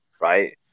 Right